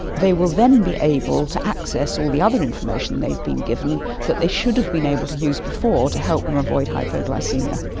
they will then be able to access all the other information they've been given that they should have been able to use before to help them avoid hypoglycaemia.